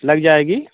लग जाएगी